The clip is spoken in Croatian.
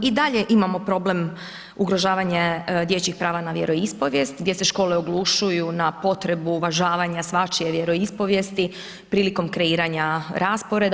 I dalje imamo problem ugrožavanje dječjih prava na vjeroispovjest gdje se škole oglušuju na potrebu uvažavanja svačije vjeroispovjesti prilikom kreiranja rasporeda.